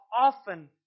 often